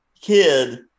kid